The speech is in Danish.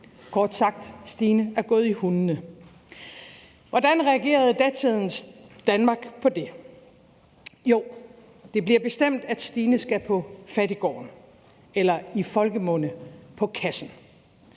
Kort sagt: Stine er gået i hundene. Hvordan reagerede datidens Danmark på det? Jo, det bliver bestemt, at Stine skal på fattiggården – eller i folkemunde »på kassen«.